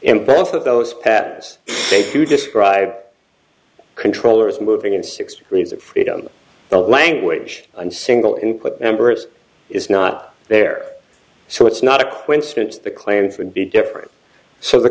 in both of those paths to describe controllers moving in six degrees of freedom the language and single input numbers is not there so it's not a coincidence the claims would be different so the